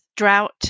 drought